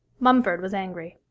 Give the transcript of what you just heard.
mumford was angry.